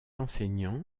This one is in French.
enseignant